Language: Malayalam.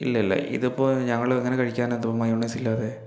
ഇല്ലില്ല ഇതിപ്പോൾ ഞങ്ങള് എങ്ങനെ കഴിക്കാനാ ഇത് മയോണൈസ് ഇല്ലാതെ